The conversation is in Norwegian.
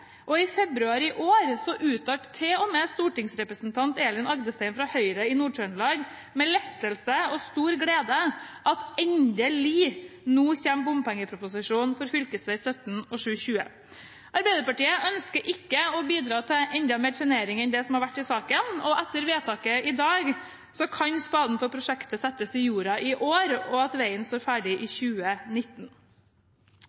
Og i februar i år uttalte til og med stortingsrepresentant Elin Rodum Agdestein fra Høyre i Nord-Trøndelag med lettelse og stor glede at endelig, nå kommer bompengeproposisjonen for fv. 17 og fv. 720. Arbeiderpartiet ønsker ikke å bidra til mer trenering enn det som har vært i saken. Etter vedtaket i dag kan spaden for prosjektet settes i jorda i år, slik at veien står ferdig i